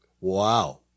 Wow